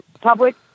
Public